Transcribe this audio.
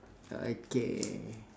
okay